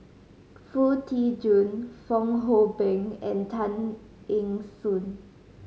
Foo Tee Jun Fong Hoe Beng and Tan Eng Soon